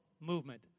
movement